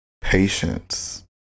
Patience